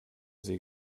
sie